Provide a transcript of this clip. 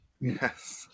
Yes